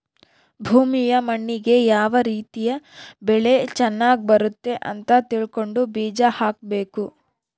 ಭೂಮಿಯ ಮಣ್ಣಿಗೆ ಯಾವ ರೀತಿ ಬೆಳೆ ಚನಗ್ ಬರುತ್ತೆ ಅಂತ ತಿಳ್ಕೊಂಡು ಬೀಜ ಹಾಕಬೇಕು